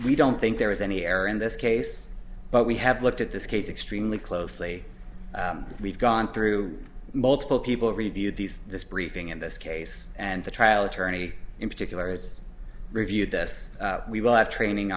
we don't think there was any error in this case but we have looked at this case extremely closely we've gone through multiple people reviewed these this briefing in this case and the trial attorney in particular has reviewed this we will have training